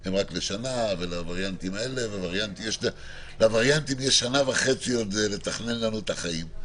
הם רק לשנה ולווריאנטים יש עוד שנה וחצי לתכנן לנו את החיים.